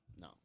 no